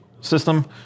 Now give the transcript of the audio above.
system